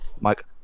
mike